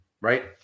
right